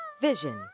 vision